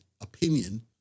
opinion